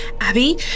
Abby